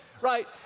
Right